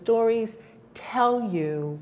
stories tell you